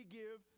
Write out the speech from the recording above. give